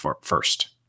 first